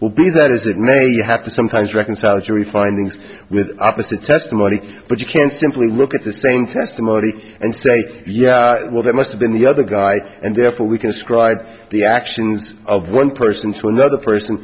will be that as it may you have to sometimes reconcile the jury findings with opposite testimony but you can't simply look at the same testimony and say yeah well that must have been the other guy and therefore we can scribe the actions of one person to another person